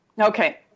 Okay